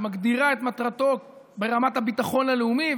שמגדירה את מטרתו ברמת הביטחון הלאומי,